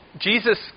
Jesus